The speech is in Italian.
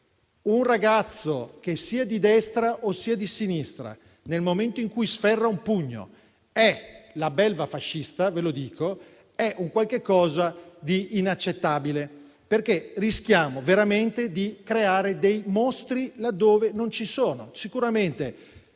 un ragazzo, che sia di destra o di sinistra, nel momento in cui sferra un pugno, è la belva fascista - ve lo dico - è un qualche cosa di inaccettabile, perché rischiamo veramente di creare mostri là dove non ci sono. Sicuramente